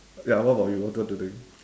ya what about you what what do you think